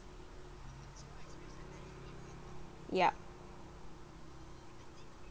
yup